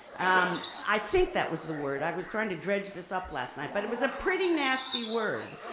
um i think that was the word. i was trying to dredge this up last night. but it was a pretty nasty word,